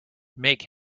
make